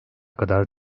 kadar